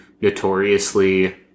notoriously